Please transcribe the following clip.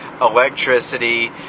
electricity